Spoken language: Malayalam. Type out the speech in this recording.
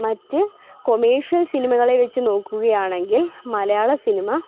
മറ്റ് കൊമേർഷ്യൽ സിനിമകളെ വെച്ച് നോക്കുകയാണെങ്കിൽ മലയാള സിനിമ